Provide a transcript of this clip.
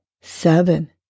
seven